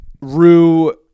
Rue